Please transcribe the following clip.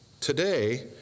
Today